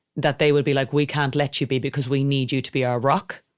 that they would be like, we can't let you be because we need you to be our rock.